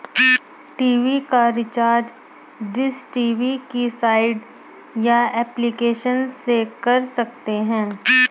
TV का recharge dish TV की site या एप्लीकेशन से कर सकते है